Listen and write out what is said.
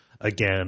Again